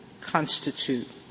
constitute